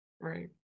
Right